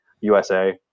USA